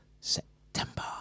September